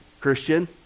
Christian